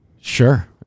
Sure